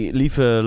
lieve